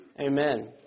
Amen